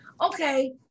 Okay